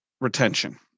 retention